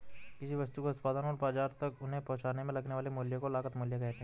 किसी वस्तु के उत्पादन और बाजार तक उसे पहुंचाने में लगने वाले मूल्य को लागत मूल्य कहते हैं